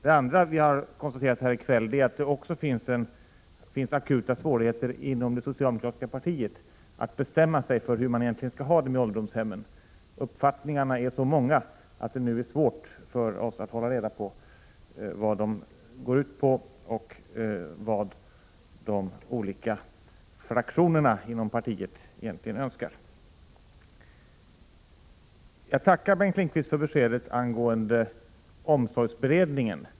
Det andra vi kan konstatera är att det finns akuta svårigheter inom det socialdemokratiska partiet att bestämma sig för hur man skall ha det med ålderdomshemmen. Uppfattningarna är så många att det nu är svårt för oss att hålla reda på vad de går ut på och vad de olika fraktionerna inom partiet egentligen önskar. Jag tackar Bengt Lindqvist för beskedet angående omsorgsberedningen.